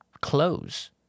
close